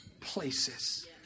places